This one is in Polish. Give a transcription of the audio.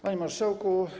Panie Marszałku!